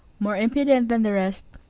more impudent than the rest,